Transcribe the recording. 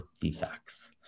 defects